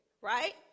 right